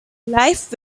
life